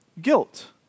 Guilt